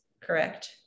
Correct